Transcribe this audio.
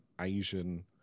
asian